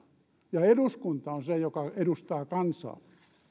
ja eduskunta on se joka edustaa kansaa